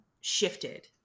shifted